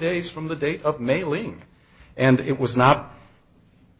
days from the date of mailing and it was not